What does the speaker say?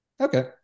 okay